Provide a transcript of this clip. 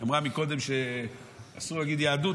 אמרה מקודם שאסור להגיד יהדות,